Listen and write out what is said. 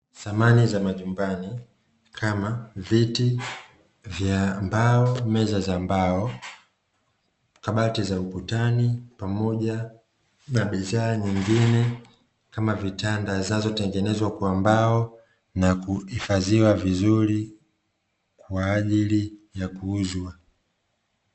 Samani za majumbani kama; viti vya mbao, meza za mbao, kabati za ukutani pamoja na bidhaa nyingine kama vitanda vinavyotengenezwa kwa mbao na kuhifadhia vizuri kwa ajili ya kuuzwa.